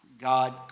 God